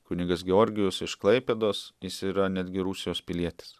kunigas georgijus iš klaipėdos jis yra netgi rusijos pilietis